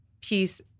peace